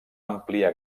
àmplia